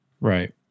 Right